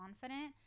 confident